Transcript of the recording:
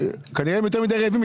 כנראה הם יותר מדי רעבים,